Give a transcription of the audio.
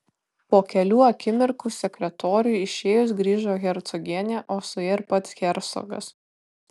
po kelių akimirkų sekretoriui išėjus grįžo hercogienė o su ja ir pats hercogas